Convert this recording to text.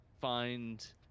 find